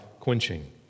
Quenching